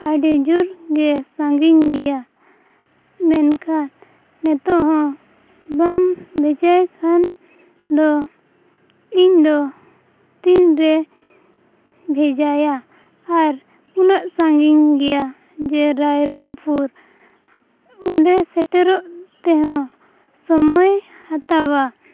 ᱟ ᱰᱤᱡᱳᱨ ᱜᱮ ᱥᱟᱺᱜᱤᱧ ᱜᱮᱭᱟ ᱢᱮᱱᱠᱷᱟᱱ ᱱᱤᱛᱳᱜ ᱦᱚᱸ ᱵᱟᱝ ᱵᱷᱮᱡᱟᱭ ᱠᱷᱟᱱ ᱫᱚ ᱤᱧ ᱫᱚ ᱛᱤᱱᱨᱮ ᱵᱷᱮᱡᱟᱭᱟ ᱟᱨ ᱩᱱᱟᱹᱜ ᱥᱟᱺᱜᱤᱧ ᱜᱮᱭᱟ ᱡᱮ ᱨᱟᱭᱨᱚᱝᱯᱩᱨ ᱚᱸᱰᱮ ᱥᱮᱴᱮᱨᱚᱜ ᱛᱮᱦᱚᱸ ᱥᱚᱢᱚᱭ ᱦᱟᱛᱟᱣᱟ